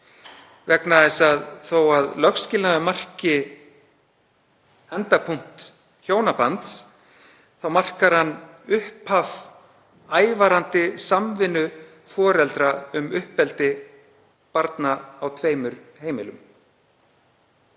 vegna þess að þó að lögskilnaður marki endapunkt hjónabands þá markar hann upphaf ævarandi samvinnu foreldra um uppeldi barna á tveimur heimilum.